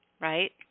right